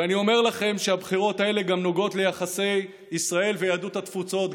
ואני אומר לכם שהבחירות האלה גם נוגעות ליחסי ישראל ויהדות התפוצות,